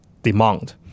Demand